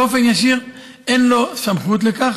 באופן ישיר אין לו סמכות לכך,